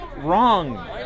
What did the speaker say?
Wrong